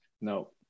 No